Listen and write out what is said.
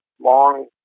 long